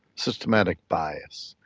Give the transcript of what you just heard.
systematic bias.